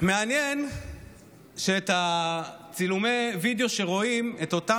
מעניין שעל צילומי הווידיאו שרואים את אותם